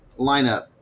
lineup